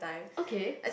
okay